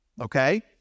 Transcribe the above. okay